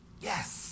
Yes